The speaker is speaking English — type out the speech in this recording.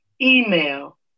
email